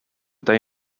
day